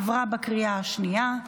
עברה בקריאה השנייה.